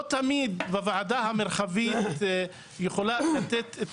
לא תמיד הוועדה המרחבית יכולה לתת את